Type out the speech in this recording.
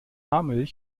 milch